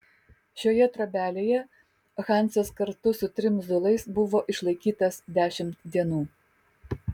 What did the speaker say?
šioje trobelėje hansas kartu su trim zulais buvo išlaikytas dešimt dienų